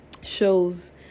shows